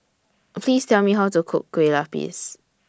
Please Tell Me How to Cook Kueh Lapis